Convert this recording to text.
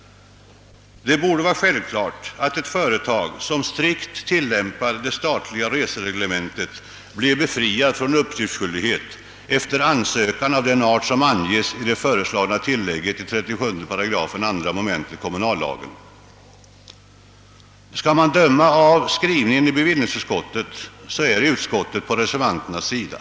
Det borde var självklart att det företag, som strikt tillämpar det statliga resereglementet, efter ansökan blev befriat från uppgiftsskyldighet av den art som angives i det föreslagna tillägget i 37 8 2 mom. kommunallagen. Skall man döma av skrivningen i bevillningsutskottets betänkande, är utskottet på reservanternas sida.